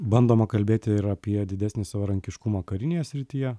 bandoma kalbėti ir apie didesnį savarankiškumą karinėje srityje